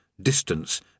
distance